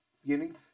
beginning